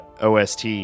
OST